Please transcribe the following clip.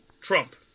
Trump